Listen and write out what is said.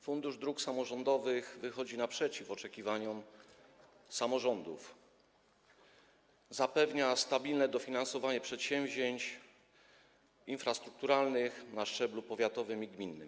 Fundusz Dróg Samorządowych wychodzi naprzeciw oczekiwaniom samorządów, zapewnia stabilne dofinansowanie przedsięwzięć infrastrukturalnych na szczeblu powiatowym i gminnym.